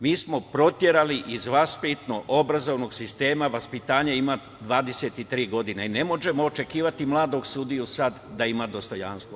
Mi smo proterali iz vaspitno-obrazovnog sistema vaspitanje ima 23 godine i ne možemo očekivati od mladog sudije sada da ima dostojanstvo.